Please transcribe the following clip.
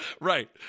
right